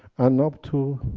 and not two,